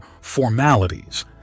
formalities